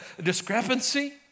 discrepancy